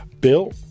Bill